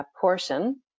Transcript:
portion